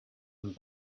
and